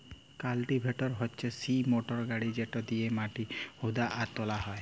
cultivator হচ্যে সিই motor গাড়ি যেটা দিয়েক মাটি হুদা আর তোলা হয়